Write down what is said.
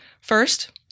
First